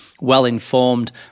well-informed